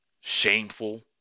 shameful